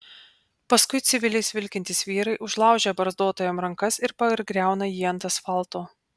paskui civiliais vilkintys vyrai užlaužia barzdotajam rankas ir pargriauna jį ant asfalto